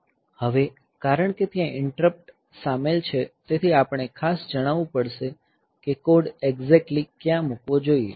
હવે કારણ કે ત્યાં ઈન્ટરપ્ટ સામેલ છે તેથી આપણે ખાસ જણાવવું પડશે કે કોડ એક્ઝેક્ટલી ક્યાં મૂકવો જોઈએ